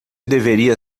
deveria